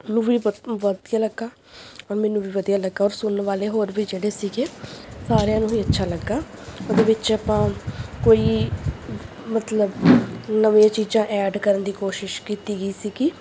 ਉਹਨੂੰ ਵੀ ਵਧ ਵਧੀਆ ਲੱਗਾ ਔਰ ਮੈਨੂੰ ਵੀ ਵਧੀਆ ਲੱਗਾ ਔਰ ਸੁਣਨ ਵਾਲੇ ਹੋਰ ਵੀ ਜਿਹੜੇ ਸੀਗੇ ਸਾਰਿਆਂ ਨੂੰ ਵੀ ਅੱਛਾ ਲੱਗਾ ਉਹਦੇ ਵਿੱਚ ਆਪਾਂ ਕੋਈ ਮਤਲਬ ਨਵੀਆਂ ਚੀਜ਼ਾਂ ਐਡ ਕਰਨ ਦੀ ਕੋਸ਼ਿਸ਼ ਕੀਤੀ ਗਈ ਸੀਗੀ